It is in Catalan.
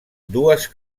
dues